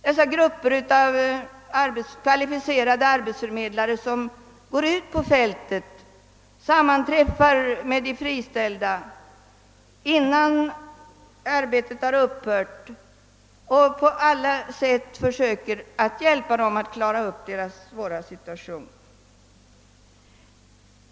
Dessa består av kvalificerade arbetsförmedlare, som går ut på fältet och sammanträffar med de anställda innan arbetet ännu har upp; hört och som på alla sätt försöker att hjälpa dem att klara upp sin svåra situation.